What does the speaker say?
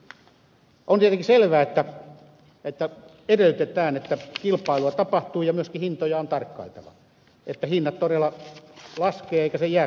on tietenkin selvää että edellytetään että kilpailua tapahtuu ja myöskin hintoja on tarkkailtava että hinnat todella laskevat eikä erotus jää kaupan kassaan